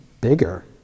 Bigger